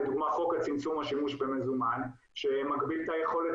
לדוגמה חוק צמצום השימוש במזומן שמגביל את היכולת